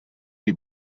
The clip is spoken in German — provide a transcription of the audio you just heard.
die